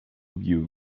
view